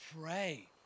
pray